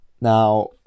Now